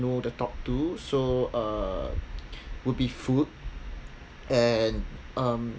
know the top two so uh would be food and um